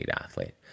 athlete